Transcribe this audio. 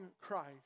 Christ